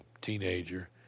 teenager